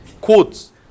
quotes